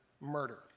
murder